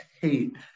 hate